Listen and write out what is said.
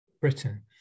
Britain